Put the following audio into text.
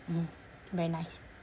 mm very nice